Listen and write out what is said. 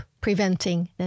preventing